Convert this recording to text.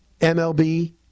MLB